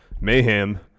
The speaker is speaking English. Mayhem